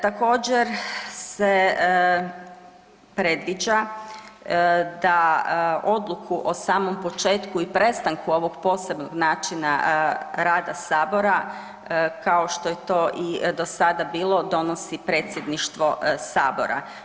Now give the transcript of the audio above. Također se predviđa da odluku o samom početku i prestanku ovog posebnog načina rada sabora kao što je to do sada bilo donosi Predsjedništvo sabora.